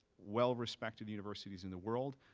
well-respected universities in the world,